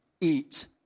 eat